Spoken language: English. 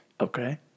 Okay